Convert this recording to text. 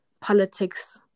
politics